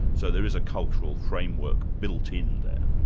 so there is a cultural framework built in there.